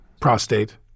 prostate